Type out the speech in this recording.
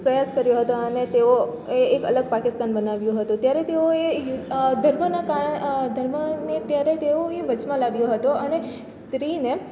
પ્રયાસ કર્યો હતો અને તેઓએ એક અલગ પાકિસ્તાન બનાવ્યું હતું ત્યારે તેઓએ ધર્મના કારણે ધર્મને ત્યારે તેઓએ વચમાં લાવ્યો હતો અને સ્ત્રીને